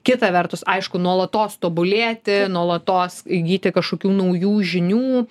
kita vertus aišku nuolatos tobulėti nuolatos įgyti kažkokių naujų žinių